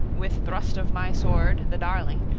with thrust of my sword, the darling,